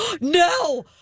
No